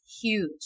huge